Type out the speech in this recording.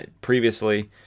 previously